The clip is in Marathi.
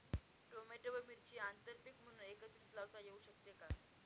टोमॅटो व मिरची आंतरपीक म्हणून एकत्रित लावता येऊ शकते का?